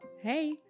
Hey